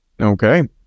okay